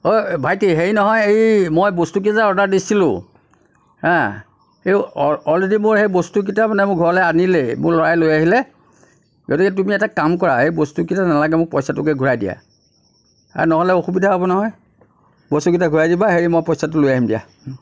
অঁ ভাইটি হেৰি নহয় এই মই বস্তুকেইটা যে অৰ্ডাৰ দিছিলোঁ অলৰেদি মোৰ সেই বস্তুকেইটা মানে মোৰ ঘৰলৈ আনিলেই মোৰ ল'ৰাই লৈ আহিলে গতিকে তুমি এটা কাম কৰা এই বস্তুকেইটা নালাগে মোক পইচাটোকে ঘূৰাই দিয়া নহ'লে অসুবিধা হ'ব নহয় বস্তুকেইটা ঘূৰাই দিবা হেৰি মই পইচাটো লৈ আহিম দিয়া